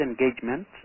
engagement